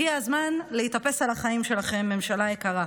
הגיע הזמן להתאפס על החיים שלכם, ממשלה יקרה.